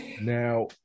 Now